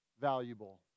valuable